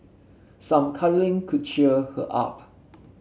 some cuddling could cheer her up